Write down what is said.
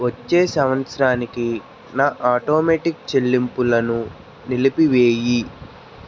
వచ్చే సంవత్సరానికి నా ఆటోమేటిక్ చెల్లింపులను నిలిపివెయ్యి